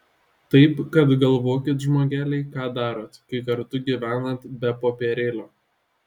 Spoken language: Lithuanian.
taip kad galvokit žmogeliai ką darot kai kartu gyvenat be popierėlio